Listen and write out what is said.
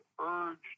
urged